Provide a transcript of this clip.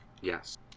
Yes